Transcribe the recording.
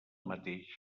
mateix